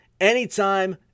anytime